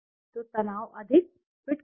तो तनाव अधिक फिट खराब